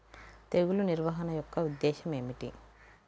తెగులు నిర్వహణ యొక్క ఉద్దేశం ఏమిటి?